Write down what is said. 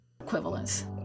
Equivalence